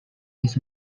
his